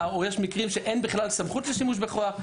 או יש מקרים שאין בכלל סמכות לשימוש בכוח.